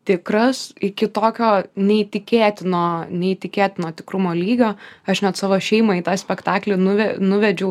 tikras iki tokio neįtikėtino neįtikėtino tikrumo lygio aš net savo šeimą į tą spektaklį nuve nuvedžiau